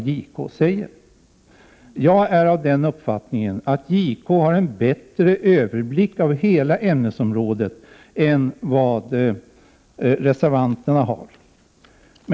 Jag är av den uppfattningen att JK har en bättre överblick över hela ämnesområdet än vad reservanterna har.